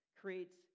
creates